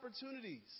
opportunities